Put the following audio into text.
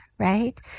Right